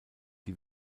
die